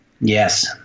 Yes